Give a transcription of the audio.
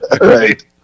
right